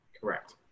Correct